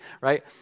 right